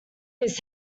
his